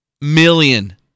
million